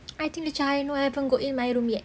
I think the macam I know I haven't go in my room yet